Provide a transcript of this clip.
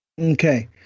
Okay